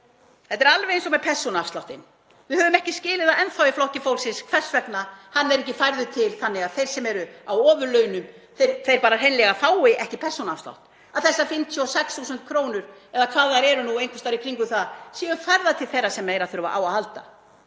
Þetta er alveg eins og með persónuafsláttinn. Við höfum ekki skilið það enn þá í Flokki fólksins hvers vegna hann er ekki færður til þannig að þeir sem eru á ofurlaunum fái hreinlega ekki persónuafslátt, að þessar 56.000 kr. eða hvað þær eru nú, einhvers staðar í kringum það, séu færðar til þeirra sem meira þurfa á að halda,